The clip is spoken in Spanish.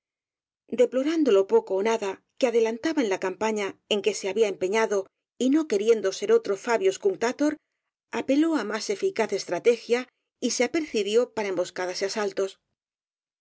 deplorando lo poco ó nada que adelantaba en la campaña en que se había empeñado y no querien do ser otro fabius cunctator apeló á más eficaz es trategia y se apercibió para emboscadas y asaltos